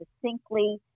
succinctly